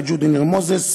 וג'ודי ניר-מוזס,